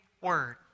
word